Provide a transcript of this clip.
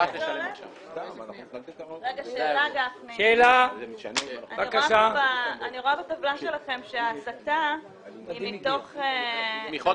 אני רואה בטבלה שלכם שההסטה היא מתוך תמיכות